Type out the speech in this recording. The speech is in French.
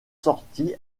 sortis